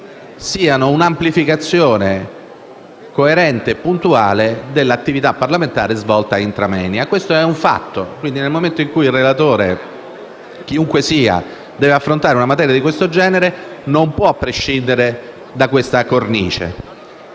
siano un'amplificazione coerente e puntuale dell'attività parlamentare svolta *intra moenia*. Questo è un fatto. Quindi, nel momento in cui il relatore, chiunque sia, deve affrontare una materia di tal genere, non può prescindere da siffatta cornice.